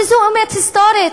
וזו אמת היסטורית.